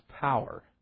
power